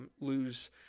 lose